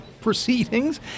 proceedings